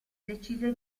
decide